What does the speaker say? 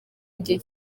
igihe